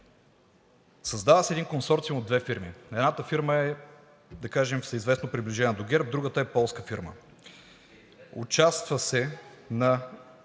Създава се един консорциум от две фирми. Едната фирма е, да кажем, всеизвестно приближена до ГЕРБ, другата е полска фирма. Участва се на